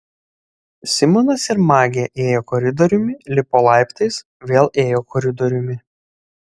simonas ir magė ėjo koridoriumi lipo laiptais vėl ėjo koridoriumi